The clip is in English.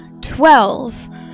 twelve